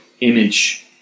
image